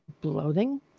bloating